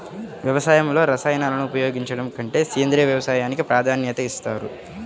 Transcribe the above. వ్యవసాయంలో రసాయనాలను ఉపయోగించడం కంటే సేంద్రియ వ్యవసాయానికి ప్రాధాన్యత ఇస్తారు